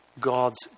God's